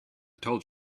told